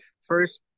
First